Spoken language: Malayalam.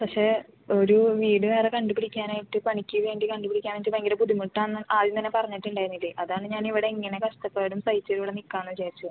പക്ഷേ ഒരു വീട് വേറെ കണ്ടു പിടിക്കാൻ ആയിട്ട് പണിക്ക് വേണ്ടി കണ്ടു പിടിക്കാൻ ആയിട്ട് വേണ്ടിയിട്ട് ഭയങ്കര ബുദ്ധിമുട്ടാണെന്ന് ആദ്യം തന്നെ പറഞ്ഞിട്ട് ഉണ്ടായിരുന്നില്ലേ അതാണ് ഞാൻ ഇവിടെ ഇങ്ങനെ കഷ്ടപ്പാടും സഹിച്ച് ഇവിടെ നിൽക്കാമെന്ന് വിചാരിച്ചത്